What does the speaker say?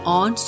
on